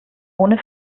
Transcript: ohne